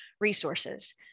resources